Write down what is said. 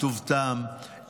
בטוב טעם,